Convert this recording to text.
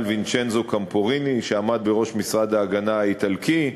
וינצ'נזו קמפוריני שעמד בראש משרד ההגנה האיטלקי,